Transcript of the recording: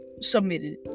submitted